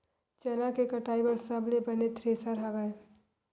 चना के कटाई बर सबले बने थ्रेसर हवय?